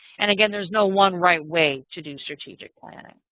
and again, there's no one right way to do strategic planning.